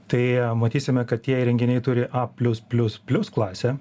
tai matysime kad tie įrenginiai turi a plius plius plius klasę